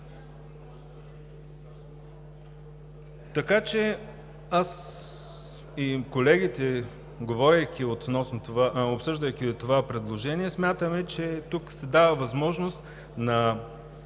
Така че аз и колегите, обсъждайки това предложение, смятаме, че тук се дава възможност на